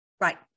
Right